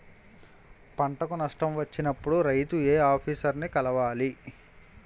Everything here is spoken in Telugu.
పంటకు నష్టం వచ్చినప్పుడు రైతు ఏ ఆఫీసర్ ని కలవాలి?